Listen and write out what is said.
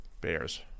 bears